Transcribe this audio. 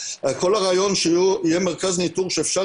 כל הרעיון הוא שיהיה מרכז ניטור שאפשר